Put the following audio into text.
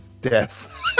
death